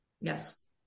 Yes